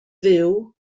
fyw